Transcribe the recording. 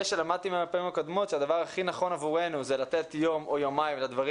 שלמדתי מהפעמים הקודמות שהדבר הכי נכון עבורנו זה לתת יום או יומיים לדברים